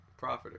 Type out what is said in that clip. profiter